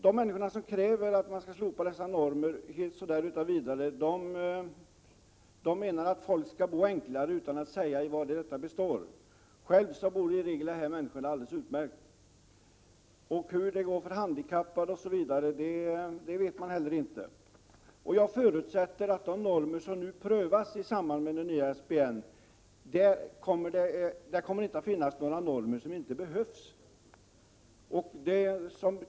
De som kräver att normerna utan vidare skall slopas, menar att folk skall bo enklare, utan att säga vari detta består — och själva bor de i regel alldeles utmärkt. Hur det går för t.ex. handikappade vet man heller inte. Jag förutsätter, när det gäller de normer som nu prövas i samband med den nya SBN, att det inte kommer att finnas några normer som inte behövs.